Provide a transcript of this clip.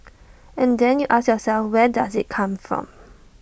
and then you ask yourself where does IT come from